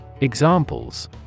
Examples